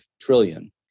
trillion